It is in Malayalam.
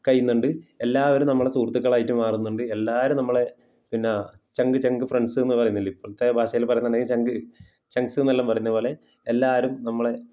കഴിയുന്നുണ്ട് എല്ലാവരും നമ്മളെ സുഹൃത്തുക്കളായിട്ടും മാറുന്നുണ്ട് എല്ലാവരും നമ്മളെ പിന്നെ ചങ്ക് ചങ്ക് ഫ്രെൻഡ്സ് എന്ന് പറയുന്നില്ലേ ഇപ്പോഴത്തെ ഭാഷയിൽ പറയുന്നുണ്ടെങ്കിൽ ചങ്ക് ചങ്ക്സ് എന്നെല്ലം പറയുന്നത് പോലെ എല്ലാവരും നമ്മളെ